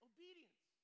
Obedience